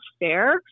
fair